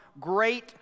great